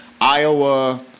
Iowa